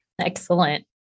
Excellent